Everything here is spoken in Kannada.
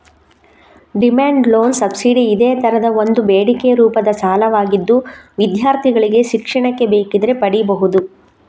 ಡಿಮ್ಯಾಂಡ್ ಲೋನ್ ಸಬ್ಸಿಡಿ ಇದೇ ತರದ ಒಂದು ಬೇಡಿಕೆ ರೂಪದ ಸಾಲವಾಗಿದ್ದು ವಿದ್ಯಾರ್ಥಿಗಳಿಗೆ ಶಿಕ್ಷಣಕ್ಕೆ ಬೇಕಿದ್ರೆ ಪಡೀಬಹುದು